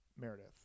Meredith